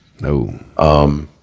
No